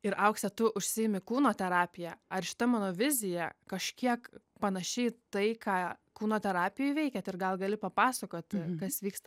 ir aukse tu užsiimi kūno terapija ar šita mano vizija kažkiek panaši į tai ką kūno terapijoj veikiat ir gal gali papasakot kas vyksta